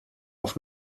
auf